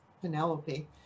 Penelope